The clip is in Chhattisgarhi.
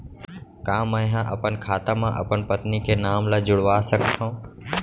का मैं ह अपन खाता म अपन पत्नी के नाम ला जुड़वा सकथव?